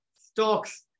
stocks